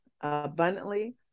abundantly